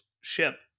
ship